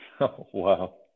Wow